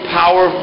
power